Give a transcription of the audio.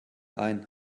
ein